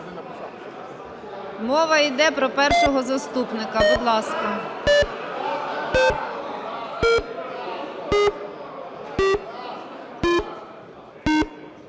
Мова йде про Першого заступника, будь ласка.